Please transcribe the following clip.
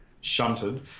shunted